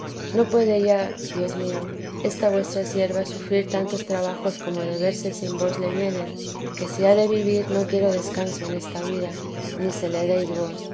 no puede ya dios mío esta vuestra sierva sufrir tantos trabajos como de verse sin vos le vienen que si ha de vivir no quiero descanso en esta vida ni se le deis